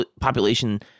population